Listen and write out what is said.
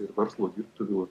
ir verslo dirbtuvių